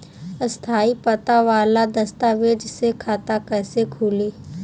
स्थायी पता वाला दस्तावेज़ से खाता कैसे खुली?